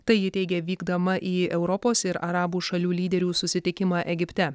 tai ji teigė vykdama į europos ir arabų šalių lyderių susitikimą egipte